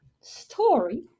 story